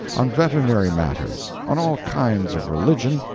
on veterinary matters, on all kinds of religion,